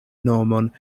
nomon